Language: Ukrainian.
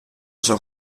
вже